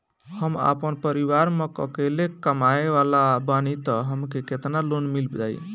हम आपन परिवार म अकेले कमाए वाला बानीं त हमके केतना लोन मिल जाई?